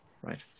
Right